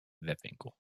webwinkel